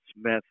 Smith